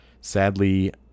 sadly